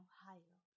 Ohio